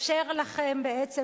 מאפשר לכם בעצם,